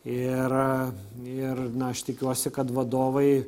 ir ir na aš tikiuosi kad vadovai